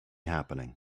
happening